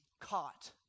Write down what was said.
caught